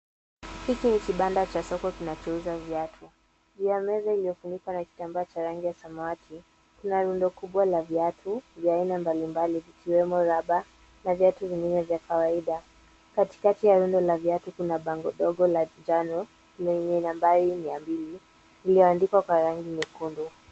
Hiki ni kibanda cha soko kinachouza viatu. Juu ya meza iliyofunika na kitambaa cha rangi ya samawati, kuna rundo kubwa la viatu vya aina mbalimbali vikiwemo raba na viatu vingine vya kawaida. Katikati ya rundo la viatu kuna bango dogo la njano, lenye nambari mia mbili iliyoandikwa kwa rangi nyekundu.